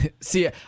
See